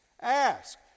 Ask